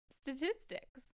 statistics